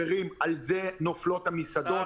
על זה נופלות המסעדות.